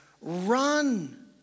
run